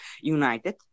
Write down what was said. United